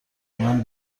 میان